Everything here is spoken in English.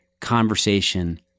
conversation